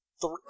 three